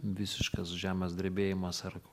visiškas žemės drebėjimas ar